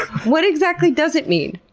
what exactly does it mean?